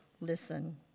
listen